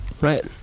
right